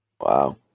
Wow